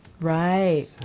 right